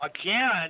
Again